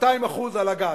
200% על הגז.